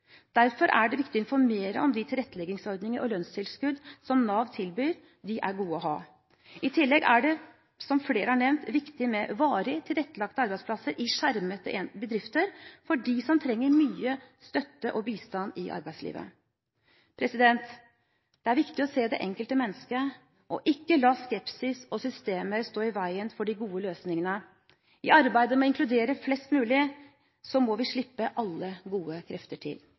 Derfor er det viktig å informere om de tilretteleggingsordninger og lønnstilskudd som Nav tilbyr. De er gode å ha. I tillegg er det, som flere har nevnt, viktig med varig tilrettelagte arbeidsplasser i skjermede bedrifter for dem som trenger mye støtte og bistand i arbeidslivet. Det er viktig å se det enkelte mennesket og ikke la skepsis og systemer stå i veien for de gode løsningene. I arbeidet med å inkludere flest mulig må vi slippe alle gode krefter til.